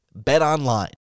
BetOnline